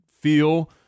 feel